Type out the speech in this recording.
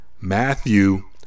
Matthew